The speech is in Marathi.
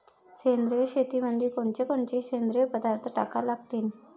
सेंद्रिय शेतीमंदी कोनकोनचे सेंद्रिय पदार्थ टाका लागतीन?